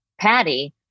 Patty